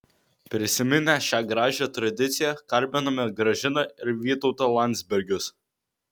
prisiminę šią gražią tradiciją kalbiname gražiną ir vytautą landsbergius